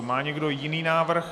Má někdo jiný návrh?